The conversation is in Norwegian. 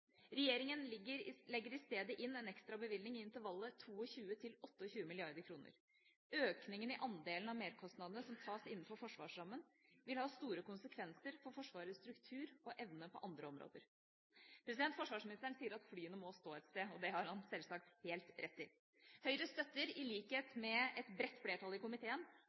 Regjeringa legger i stedet inn en ekstrabevilgning i intervallet 22 mrd. kr–28 mrd. kr. Økningen i andelen av merkostnadene som tas innenfor forsvarsrammen, vil ha store konsekvenser for Forsvarets struktur og evne på andre områder. Forsvarsministeren sier at flyene må stå et sted, og det har han sjølsagt helt rett i. Høyre støtter, i likhet med et bredt flertall i komiteen,